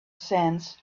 sands